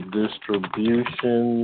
distribution